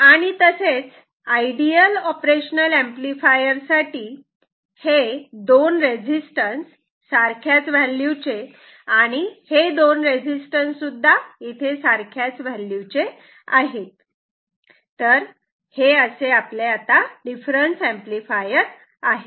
आणि तसेच ideal operational amplifier साठी हे दोन रेझिस्टन्स सारख्याच व्हॅल्यू चे आणि आणि हे दोन रेझिस्टन्स सुद्धा सारख्याच व्हॅल्यू चे आहेत तर हे असे डिफरन्स एम्पलीफायर आहे